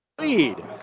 lead